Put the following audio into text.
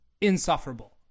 insufferable